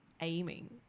aiming